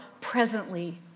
presently